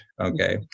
okay